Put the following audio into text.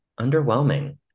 underwhelming